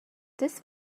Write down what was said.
this